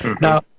Now